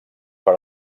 per